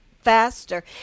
faster